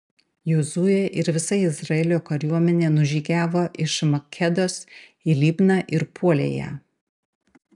jozuė ir visa izraelio kariuomenė nužygiavo iš makedos į libną ir puolė ją